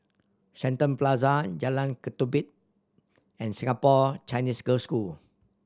Shenton Plaza Jalan Ketumbit and Singapore Chinese Girls' School